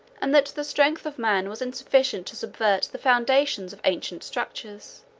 and that the strength of man was insufficient to subvert the foundations of ancient structures.